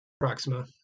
Proxima